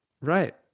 Right